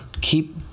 Keep